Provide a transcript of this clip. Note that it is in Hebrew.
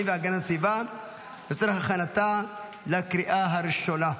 והגנת הסביבה לצורך הכנתה לקריאה הראשונה.